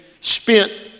spent